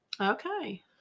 Okay